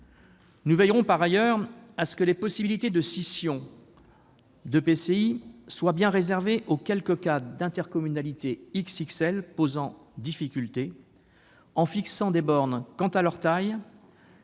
Nous veillerons, par ailleurs, à ce que les possibilités de scission d'EPCI soient bien réservées aux quelques cas d'intercommunalités « XXL » posant difficulté, en fixant des bornes quant à leur taille,